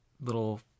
little